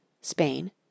Spain